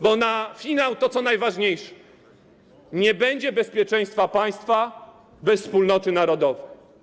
Bo na finał to, co najważniejsze: Nie będzie bezpieczeństwa państwa bez wspólnoty narodowej.